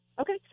Okay